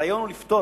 הרעיון הוא לפתור,